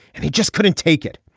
and he just couldn't take it.